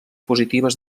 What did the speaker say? positives